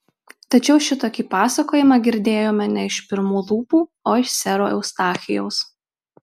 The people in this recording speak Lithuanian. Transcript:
tačiau šitokį pasakojimą girdėjome ne iš pirmų lūpų o iš sero eustachijaus